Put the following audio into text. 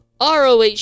ROH